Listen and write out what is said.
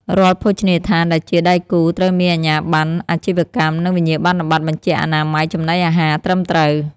រាល់ភោជនីយដ្ឋានដែលជាដៃគូត្រូវមានអាជ្ញាប័ណ្ណអាជីវកម្ម និងវិញ្ញាបនបត្របញ្ជាក់អនាម័យចំណីអាហារត្រឹមត្រូវ។